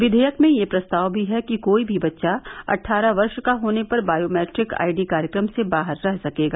विधेयक में यह प्रस्ताव भी है कि कोई भी बच्चा अट्ठाहर वर्ष का होने पर बायोमैट्रिक आईडी कार्यक्रम से बाहर रह सकेगा